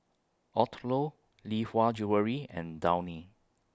Odlo Lee Hwa Jewellery and Downy